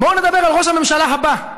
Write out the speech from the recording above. בואו נדבר על ראש הממשלה הבא,